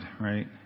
right